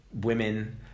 women